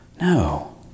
No